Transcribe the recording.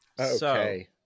okay